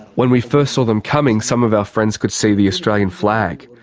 when we first saw them coming, some of our friends could see the australian flag.